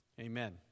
Amen